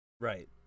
Right